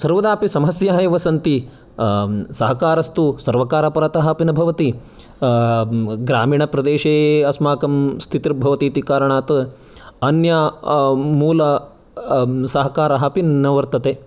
सर्वदापि समस्याः एव सन्ति सहकारस्तु सर्वकारपरतः अपि न भवति ग्रामीणप्रदेशे अस्माकं स्थितिर्भवति इति कारणात् अन्य मूलसहकारः अपि न वर्तते